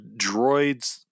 droids